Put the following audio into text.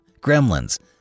Gremlins